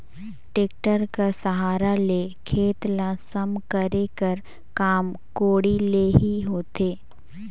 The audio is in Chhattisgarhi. टेक्टर कर सहारा ले खेत ल सम करे कर काम कोड़ी ले ही होथे